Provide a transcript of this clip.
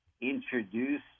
introduce